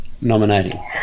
nominating